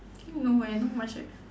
no eh not much eh